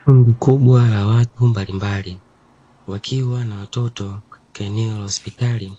Kundi kubwa la watu mbalimbali wakiwa na watoto katika eneo la hospitali,